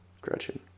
Gretchen